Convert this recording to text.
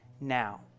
now